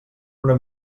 una